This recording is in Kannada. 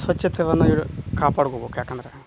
ಸ್ವಚ್ಛತೆಯನ್ನ ಕಾಪಾಡ್ಕೊಬೇಕ್ ಯಾಕಂದ್ರೆ